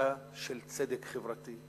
גישה של צדק חברתי,